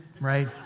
right